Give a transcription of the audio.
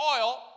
oil